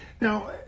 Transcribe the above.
Now